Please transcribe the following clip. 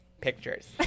Pictures